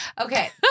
Okay